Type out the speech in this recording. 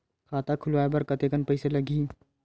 खाता खुलवाय बर कतेकन पईसा लगही?